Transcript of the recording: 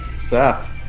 Seth